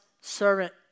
servant